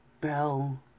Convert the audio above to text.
Bell